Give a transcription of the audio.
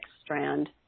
strand